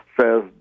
says